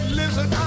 listen